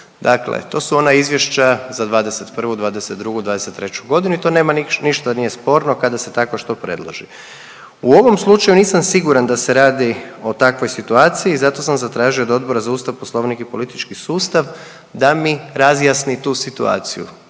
Dakle to su ona izvješća za '21., '22. i '23. godinu i to nema ništa, ništa nije sporno kada se takvo što predlaže. U ovom slučaju nisam siguran da se radi o takvoj situaciji, zato sam tražio od Odbora za Ustav, Poslovnik i politički sustav da mi razjasni tu situaciju,